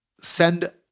send